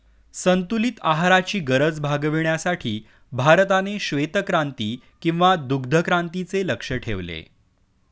संतुलित आहाराची गरज भागविण्यासाठी भारताने श्वेतक्रांती किंवा दुग्धक्रांतीचे लक्ष्य ठेवले